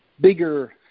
bigger